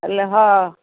ହେଲେ ହଁ